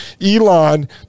Elon